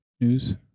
news